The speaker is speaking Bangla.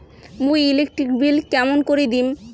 মুই ইলেকট্রিক বিল কেমন করি দিম?